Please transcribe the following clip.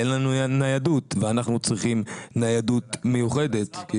לארץ ואין לנו ניידות ואנחנו צריכים ניידות מיוחדת.